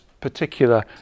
particular